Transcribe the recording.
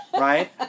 Right